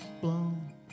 blown